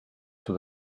for